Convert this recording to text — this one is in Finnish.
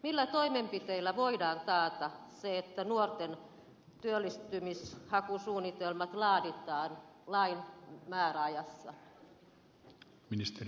millä toimenpiteillä voidaan taata se että nuorten työllistymishakusuunnitelmat laaditaan lain määräajassa